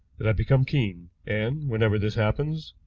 that i become keen and, whenever this happens,